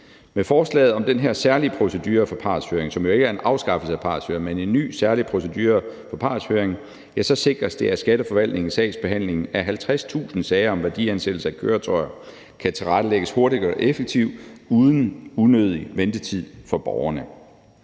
Med forslaget om den her særlige procedure for partshøring, som jo ikke er en afskaffelse af partshøringen, men en ny særlig procedure for partshøring, så sikres det, at skatteforvaltningens sagsbehandling af 50.000 sager om værdifastsættelse af køretøjer kan tilrettelægges hurtigt og effektivt uden unødig ventetid for borgerne.